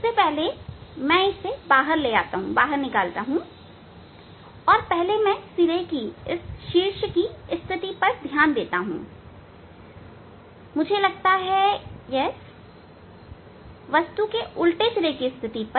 सबसे पहले मैं इसे बाहर लाता हूं और पहले मैं सिरे की स्थिति पर ध्यान देता हूं मझे लगता है हां वस्तु के उलटे सिरे की स्थिति पर